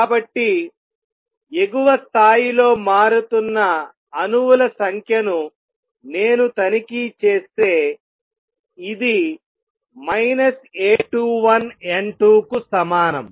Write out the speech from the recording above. కాబట్టి ఎగువ స్థాయిలో మారుతున్న అణువుల సంఖ్య ను నేను తనిఖీ చేస్తే ఇది A21N2కు సమానం